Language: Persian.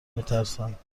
میترسند